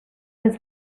was